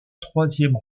troisième